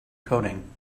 coding